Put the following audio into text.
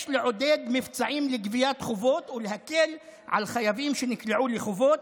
יש לעודד מבצעים לגביית חובות ולהקל על חייבים שנקלעו לחובות.